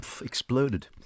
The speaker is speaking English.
exploded